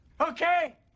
okay